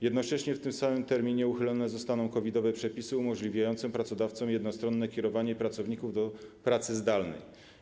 Jednocześnie w tym samym terminie uchylone zostaną COVID-owe przepisy umożliwiające pracodawcom jednostronne kierowanie pracowników do pracy zdalnej.